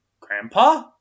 grandpa